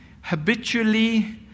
habitually